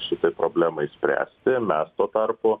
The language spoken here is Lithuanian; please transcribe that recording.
šitai problemai spręsti mes tuo tarpu